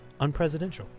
unpresidential